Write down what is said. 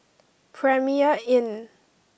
Premier Inn